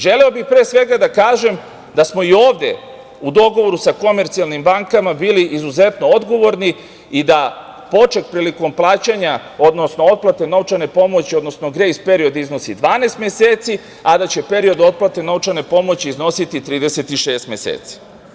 Pre svega, želeo bih da kažem da smo i ovde u dogovoru sa komercijalnim bankama bili izuzetno odgovorni i da poček prilikom plaćanja, odnosno otplate novčane pomoći, odnosno grejs period iznosi 12 meseci, a da će period otplate novčane pomoći iznositi 36 meseci.